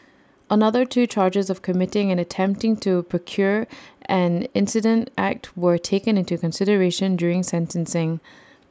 another two charges of committing and attempting to procure an incident act were taken into consideration during sentencing